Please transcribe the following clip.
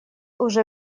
уже